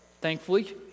thankfully